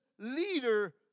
leader